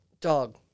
Dog